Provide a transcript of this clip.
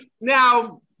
Now